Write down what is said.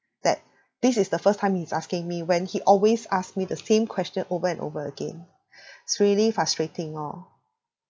that this is the first time he's asking me when he always asks me the same question over and over again it's really frustrating lor